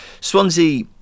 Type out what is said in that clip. Swansea